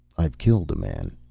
i've killed a man.